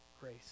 grace